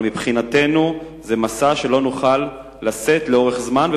אבל מבחינתנו זה משא שלא נוכל לשאת לאורך זמן,